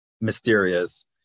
mysterious